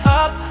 up